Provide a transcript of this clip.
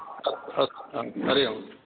अस्तु अस्तु हा हरि ओम्